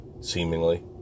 seemingly